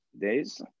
days